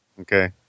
Okay